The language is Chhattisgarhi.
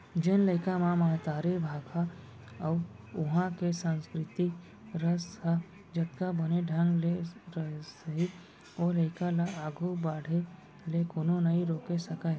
जेन लइका म महतारी भाखा अउ उहॉं के संस्कृति रस ह जतका बने ढंग ले रसही ओ लइका ल आघू बाढ़े ले कोनो नइ रोके सकयँ